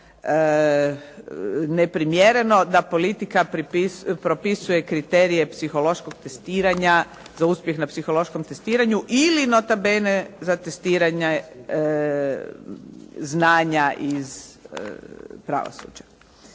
neprimjereno da politika propisuje kriterije psihološka testiranja ili za uspjeh na psihološkom testiranju ili nota bene za testiranje znanja iz pravosuđa.